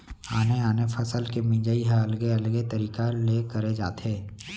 आने आने फसल के मिंजई ह अलगे अलगे तरिका ले करे जाथे